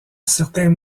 certains